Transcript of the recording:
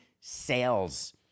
sales